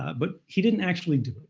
but he didn't actually do it.